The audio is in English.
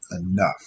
enough